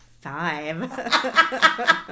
five